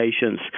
patients